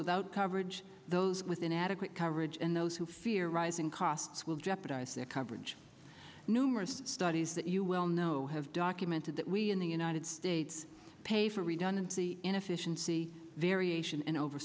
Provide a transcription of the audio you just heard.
without coverage those with inadequate coverage and those who fear rising costs will jeopardize their coverage numerous studies that you well know have documented that we in the united states pay for redundancy inefficiency variation and over